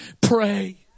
pray